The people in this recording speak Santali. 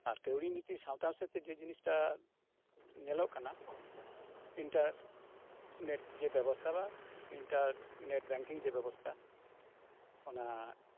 ᱟᱨ ᱠᱟᱣᱰᱤ ᱱᱤᱛᱤ ᱥᱟᱶᱛᱮ ᱡᱮ ᱡᱤᱱᱤᱥᱴᱟ ᱧᱮᱞᱚᱜ ᱠᱟᱱᱟ ᱤᱱᱴᱟᱨᱱᱮᱹᱴ ᱡᱮ ᱵᱮᱵᱚᱥᱛᱷᱟ ᱵᱟ ᱤᱱᱴᱟᱨᱱᱮᱹᱴ ᱵᱮᱝᱠᱤᱝ ᱡᱮ ᱵᱮᱵᱚᱥᱛᱟ ᱚᱱᱟ